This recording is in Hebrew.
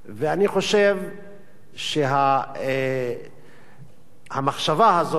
שהמחשבה הזאת קיימת,